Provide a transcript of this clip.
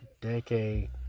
decade